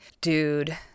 dude